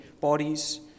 bodies